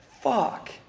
Fuck